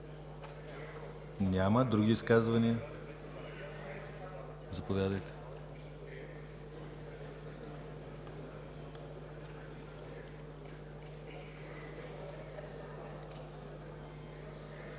Няма. Други изказвания? Заповядайте.